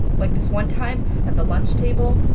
like this one time at the lunch table.